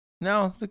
No